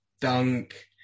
Dunk